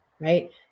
right